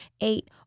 eight